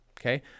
Okay